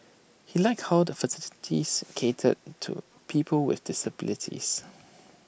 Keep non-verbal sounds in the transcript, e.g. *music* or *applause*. he liked how the *unintelligible* cater to people with disabilities